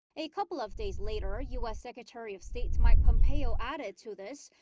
a couple of days later, u s. secretary of state mike pompeo added to this.